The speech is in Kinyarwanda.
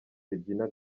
ribyina